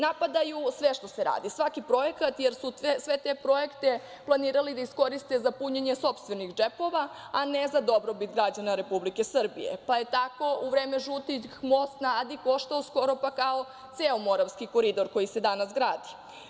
Napadaju sve što se radi, svaki projekat, jer su sve te projekte planirali da iskoriste za punjenje sopstvenih džepova, a ne za dobrobit građana Republike Srbije, pa je tako u vreme žutih most na Adi koštao skoro pa kao ceo Moravski koridor koji se danas gradi.